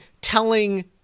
telling